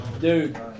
Dude